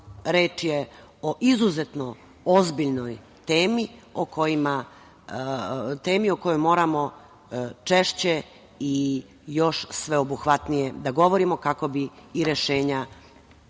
reč je o izuzetno ozbiljnoj temi o kojoj moramo češće i još sveobuhvatnije da govorimo, kako bi i rešenja